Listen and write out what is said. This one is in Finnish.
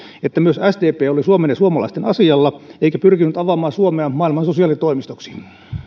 että myös sdp oli suomen ja suomalaisten asialla eikä pyrkinyt avaamaan suomea maailman sosiaalitoimistoksi